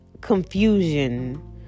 confusion